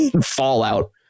fallout